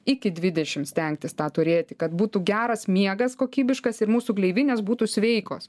iki dvidešims stengtis tą turėti kad būtų geras miegas kokybiškas ir mūsų gleivinės būtų sveikos